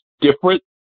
different